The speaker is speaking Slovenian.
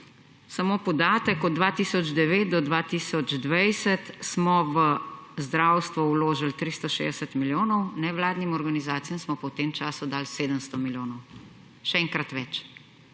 samo podatek, od 2009 do 2020 smo v zdravstvo vložili 360 milijonov, nevladnim organizacijam smo pa v tem času dali 700 milijonov, še enkrat več.